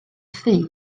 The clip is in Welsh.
thŷ